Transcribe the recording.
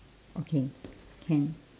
okay can